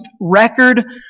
record